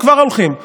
הם כבר הולכים,